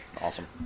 Awesome